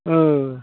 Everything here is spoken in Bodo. ओ